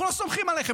אנחנו לא סומכים עליכם.